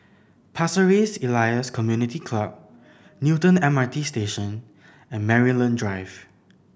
Pasir Ris Elias Community Club Newton M R T Station and Maryland Drive